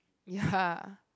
ya